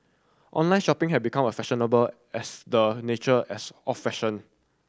online shopping have become a fashionable as the nature as a fashion